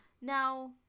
Now